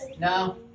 No